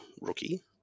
rookie